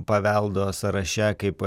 paveldo sąraše kaip